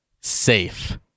safe